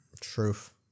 Truth